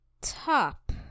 top